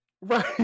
Right